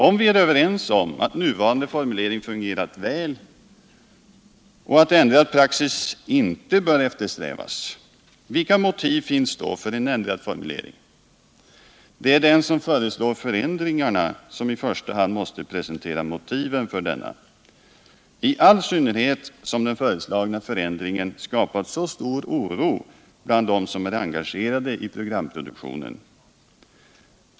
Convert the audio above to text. Om vi är överens om att nuvarande formulering fungerat väl och att ändrad praxis inte bör eftersträvas, vilka motiv finns då för en ändrad formulering? Det är den som föreslår förändringen som i första hand måste presentera motiven för denna, i all synnerhet som den föreslagna förändringen skapat så stor oro bland dem som är engagerade i programproduktionen.